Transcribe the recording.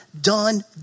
done